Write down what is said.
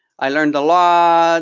i learned a lot.